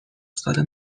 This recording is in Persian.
ساله